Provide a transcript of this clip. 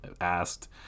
asked